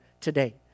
today